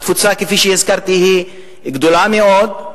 התפוסה, כפי שהזכרתי, גדולה מאוד,